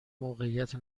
موقعیت